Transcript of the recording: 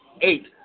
eight